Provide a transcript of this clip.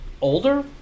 older